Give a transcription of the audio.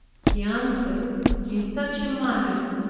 he answered in such a manner,